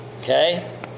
Okay